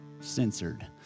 Censored